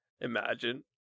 Imagine